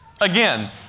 again